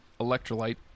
electrolyte